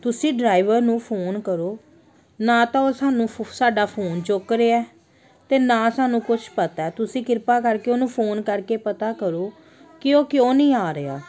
ਤੁਸੀਂ ਡਰਾਈਵਰ ਨੂੰ ਫੋਨ ਕਰੋ ਨਾ ਤਾਂ ਉਹ ਸਾਨੂੰ ਫੋ ਸਾਡਾ ਫੋਨ ਚੁੱਕ ਰਿਹਾ ਅਤੇ ਨਾ ਸਾਨੂੰ ਕੁਛ ਪਤਾ ਤੁਸੀਂ ਕਿਰਪਾ ਕਰਕੇ ਉਹਨੂੰ ਫੋਨ ਕਰਕੇ ਪਤਾ ਕਰੋ ਕਿ ਉਹ ਕਿਉਂ ਨਹੀਂ ਆ ਰਿਹਾ